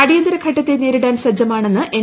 അടിയന്തര ഘട്ടത്തെ നേരിടാൻ സജ്ജമാണെന്ന് എൻ